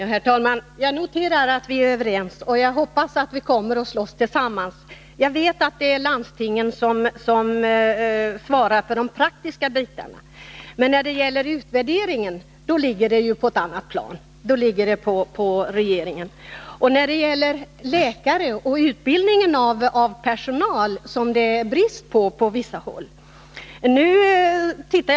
Herr talman! Jag noterar att vi är överens, och jag hoppas att vi kommer att slåss tillsammans. Jag vet att det är landstingen som svarar för de praktiska bitarna, men utvärderingen ligger ju på ett annat plan, nämligen på regeringen. Detsamma gäller utbildningen av läkare och annan personal som det på vissa håll råder brist på.